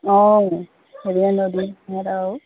অঁ হেৰিয়া নদীত সেইয়াত আৰু